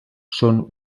són